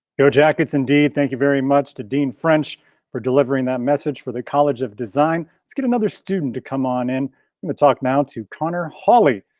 go jackets indeed, thank you very much to dean french for delivering that message for the college of design. let's get another student to come on and and talk now to connor hawley.